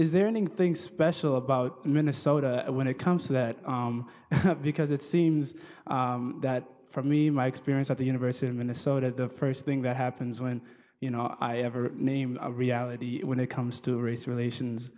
is there ending things special about minnesota when it comes to that because it seems that for me my experience at the university of minnesota the first thing that happens when you know i ever name a reality when it comes to race relations